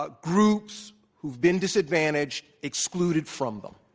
ah groups who've been disadvantaged excluded from them.